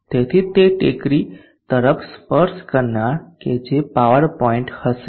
તેથી તે ટેકરી તરફ સ્પર્શ કરનાર કે જે પાવર પોઇન્ટ હશે